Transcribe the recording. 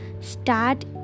start